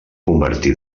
convertí